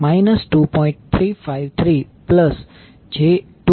353j2